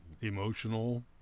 emotional